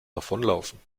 davonlaufen